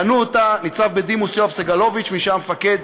בנו אותה ניצב בדימוס יואב סגלוביץ', מי שהיה מפקד